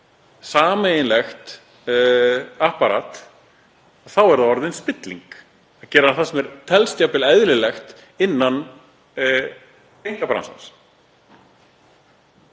sameiginlegt apparat þá er það orðin spilling, að gera það sem telst jafnvel eðlilegt innan einkaframtaksins.